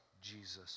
Jesus